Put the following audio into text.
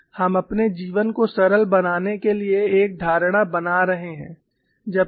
हम अपने जीवन को सरल बनाने के लिए एक धारणा बना रहे हैं